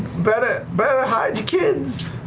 better better ah hide your kids!